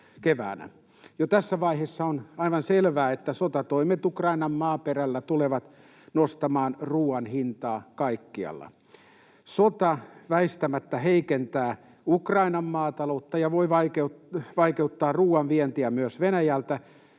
Jo tässä vaiheessa on aivan selvää, että sotatoimet Ukrainan maaperällä tulevat nostamaan ruoan hintaa kaikkialla. Sota väistämättä heikentää Ukrainan maataloutta ja voi vaikeuttaa ruoan vientiä myös Venäjältä